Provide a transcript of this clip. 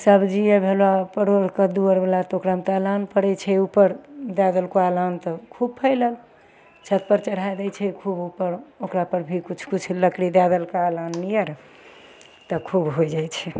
सबजी आओर भेलऽ परोर कद्दू आओरवला तऽ ओकरामे तऽ अलान पड़ै छै उपर दै देलकऽ अलान तऽ खूब फैलल छतपर चढ़ै दै छै खूब उपर ओकरापर भी किछु किछु लकड़ी दै देलकै अलान नियर तऽ खूब होइ जाइ छै